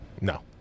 No